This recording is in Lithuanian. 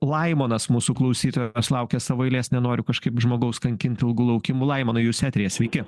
laimonas mūsų klausytojas laukia savo eilės nenoriu kažkaip žmogaus kankinti ilgu laukimu laimonai jūs eteryje sveiki